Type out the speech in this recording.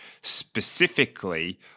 specifically –